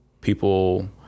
People